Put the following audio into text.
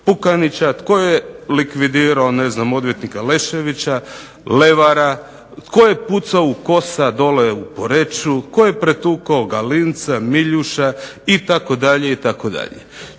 Pukanića, tko je likvidirao odvjetnika Leševića, Levara, tko je pucao u Kosa dole u Poreču, tko je pretukao Galinca, Miljuša itd., itd.